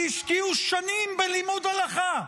שהשקיעו שנים בלימוד הלכה,